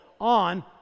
on